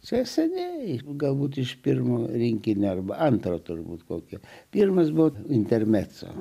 čia seniai galbūt iš pirmo rinkinio arba antro turbūt kokio pirmas buvo intermezzo